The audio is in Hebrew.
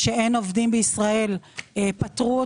שגם בענף הזה אין עובדים ישראלים, פטרו.